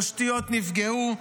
התשתיות נפגעו,